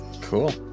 Cool